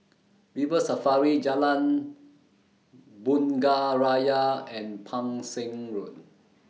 River Safari Jalan Bunga Raya and Pang Seng Road